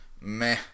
meh